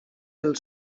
pel